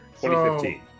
2015